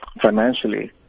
financially